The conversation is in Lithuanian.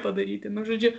padaryti nu žodžiu